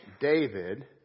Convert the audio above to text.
David